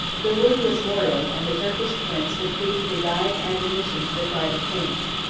the wound was mortal and the turkish prince bequeathed a dying admonition to the pride of kings.